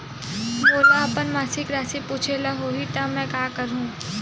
मोला अपन मासिक राशि पूछे ल होही त मैं का करहु?